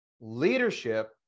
leadership